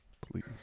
Please